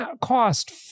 cost